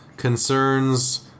concerns